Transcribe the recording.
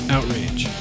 Outrage